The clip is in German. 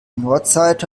nordseite